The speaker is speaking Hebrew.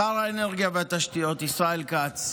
שר האנרגיה והתשתיות ישראל כץ,